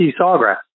Sawgrass